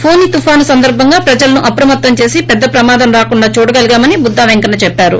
ఫోని తుపాను సందర్బంగా ప్రజలను అప్రమత్తం చేసి పెద్ద ప్రమాదం రాకుండా చూడగలిగామని బుద్దా పెంకన్న చెప్పారు